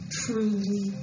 truly